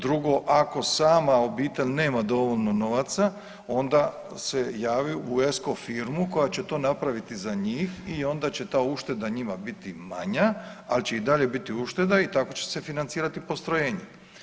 Drugo ako sama obitelj nema dovoljno novaca onda se javi u ESCO firmu koja će to napraviti za njih i onda će ta ušteda njima biti manja, ali će i dalje biti ušteda i tako će se financirati postrojenje.